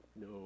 no